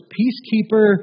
peacekeeper